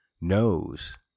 knows